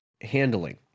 handling